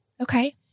Okay